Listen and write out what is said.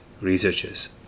researchers